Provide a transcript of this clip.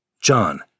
John